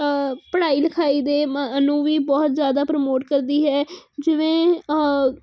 ਪੜ੍ਹਾਈ ਲਿਖਾਈ ਦੇ ਨੂੰ ਵੀ ਬਹੁਤ ਜ਼ਿਆਦਾ ਪ੍ਰਮੋਟ ਕਰਦੀ ਹੈ ਜਿਵੇਂ